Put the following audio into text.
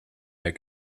der